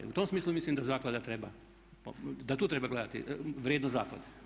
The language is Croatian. U tom smislu mislim da zaklada treba, da tu treba gledati vrijednost zaklade.